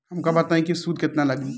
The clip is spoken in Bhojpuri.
हमका बताई कि सूद केतना लागी?